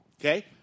Okay